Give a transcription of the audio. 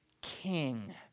king